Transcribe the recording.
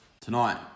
Tonight